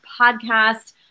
podcast